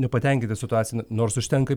nepatenkinti situacija nors užtenka